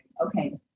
Okay